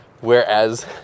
whereas